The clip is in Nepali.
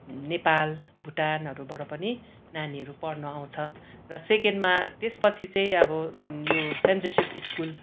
नेपाल भुटानहरूबाट पनि नानीहरू पढ्नु आउँछ र सेकेन्डमा त्यसपछि चाहिँ अब यो सेन्ट जोसेफ स्कुल